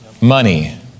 money